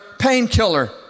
painkiller